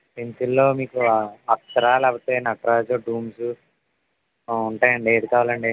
పెన్సిల్లో మీకు అప్సర లేకపోతే నటరాజు డూమ్స్ ఉంటాయండి ఏది కావాలండి